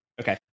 Okay